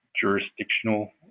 jurisdictional